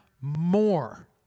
more